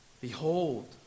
Behold